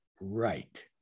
right